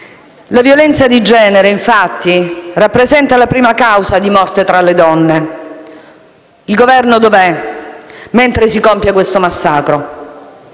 La violenza di genere infatti rappresenta la prima causa di morte tra le donne. Il Governo dov'è, mentre si compie questo massacro?